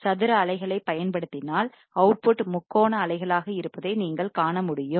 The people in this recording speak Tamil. சதுர அலைகளை பயன்படுத்தினால் அவுட்புட் முக்கோண அலைகளாக இருப்பதை நீங்கள் காணமுடியும்